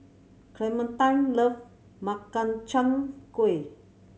Clementine love Makchang Gui